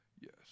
Yes